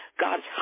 God's